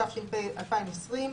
התש"ף 2020,